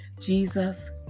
Jesus